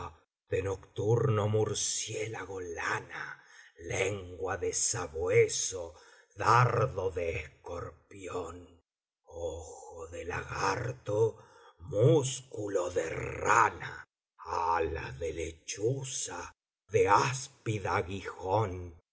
de nocturno murciélago lana lengua de sabueso dardo de escorpión ojo de lagarto músculo de rana ala de lechuza de áspid aguijón